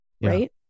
Right